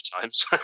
times